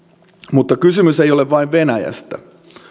mutta kysymys ei ole vain venäjästä